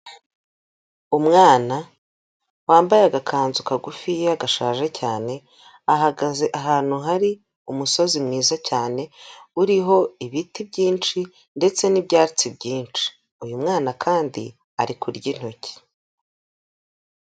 Umwana wambaye agakanzu kagufiya gashaje cyane, ahagaze ahantu hari umusozi mwiza cyane uriho ibiti byinshi ndetse n'ibyatsi byinshi, uyu mwana kandi ari kurya intoki.